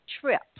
trip